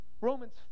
Romans